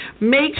Make